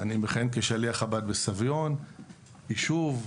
אני מכהן כשליח חב"ד בסביון, יישוב,